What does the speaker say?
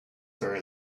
very